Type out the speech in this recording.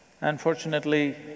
Unfortunately